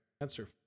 answer